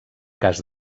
cas